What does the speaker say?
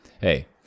Hey